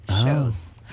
shows